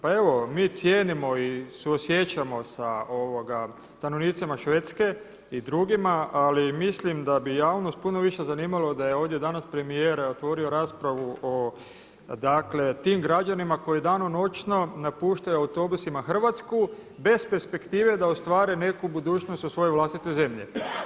Pa evo mi cijenimo i suosjećamo sa stanovnicima Švedske i drugima ali mislim da bi javnost puno više zanimalo da je ovdje danas premijer otvorio raspravu o dakle tim građanima koji danonoćno napuštaju autobusima Hrvatsku bez perspektive da ostvare neku budućnost u svojoj vlastitoj zemlji.